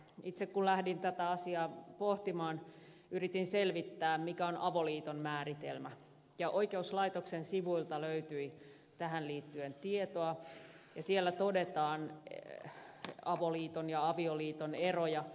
itse kun lähdin tätä asiaa pohtimaan yritin selvittää mikä on avoliiton määritelmä ja oikeuslaitoksen sivuilta löytyi tähän liittyen tietoa ja siellä todetaan avoliiton ja avioliiton eroja